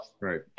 Right